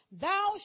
thou